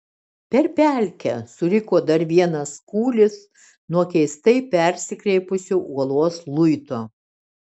per pelkę suriko dar vienas kūlis nuo keistai persikreipusio uolos luito